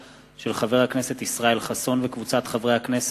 של חבר הכנסת ישראל חסון וקבוצת חברי הכנסת,